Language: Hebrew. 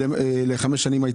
החלטה שהייתה ל-5 שנים.